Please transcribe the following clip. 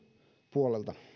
puolelta